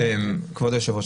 כבוד היושב-ראש,